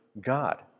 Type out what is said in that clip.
God